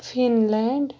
Finland